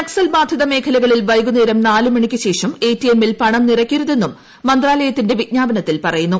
നക്സൽ ബാധിത മേഖലകളിൽ വൈകുന്നേരം നാല് മണിക്കുശേഷം എടിഎമ്മിൽ പണം നിറയ്ക്കരുതെന്നും മന്ത്രാലയത്തിന്റെ വിജ്ഞാപനത്തിൽ പറയുന്നു